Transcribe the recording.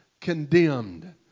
condemned